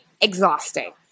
exhausting